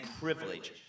privilege